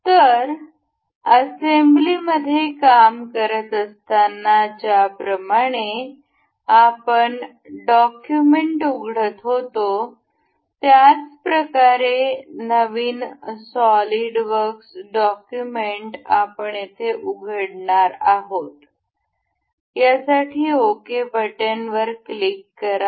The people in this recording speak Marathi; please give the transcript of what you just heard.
तर असेंब्लीमध्ये काम करत असताना ज्याप्रमाणे आपण डॉक्युमेंट उघडत होतो त्याच प्रकारे नवीन सॉलिडवर्क्स डॉक्युमेंट आपण येथे उघडणार आहोत या साठी ओके बटन वर वर क्लिक करा